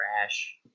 trash